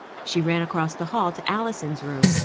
she ran across the hall to alison's room,